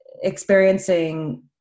experiencing